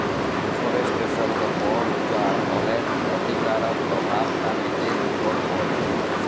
deforestation বা বল উজাড় অলেক খ্যতিকারক পরভাব পরকিতির উপর পড়ে